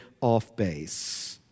off-base